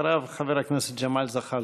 אחריו, חבר הכנסת ג'מאל זחאלקה.